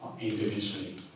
individually